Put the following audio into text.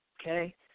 Okay